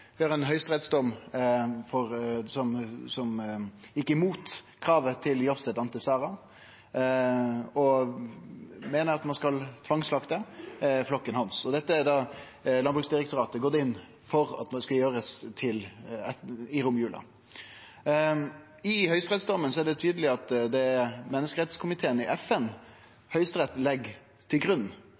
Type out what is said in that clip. av menneskerettane. Ein høgsterettsdom gjekk imot kravet til Jovsset Ante Sara og seier at ein skal tvangsslakte flokken hans. Dette har Landbruksdirektoratet gått inn for skal gjerast i romjula. I høgsterettsdommen er det tydeleg at det er menneskerettskomiteen i FN Høgsterett legg til grunn,